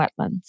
wetlands